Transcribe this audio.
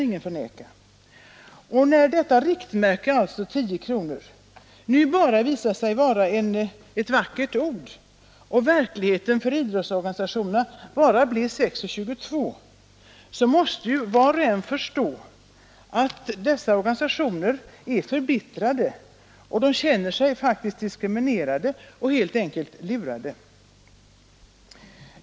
När nu detta riktmärke bara visar sig vara ett vackert ord och verkligheten för idrottsorganisationerna bara blev 6:22 kronor per sammankomst måste var och en förstå att dessa organisationer är förbittrade och faktiskt känner sig diskriminerade; helt enkelt lurade.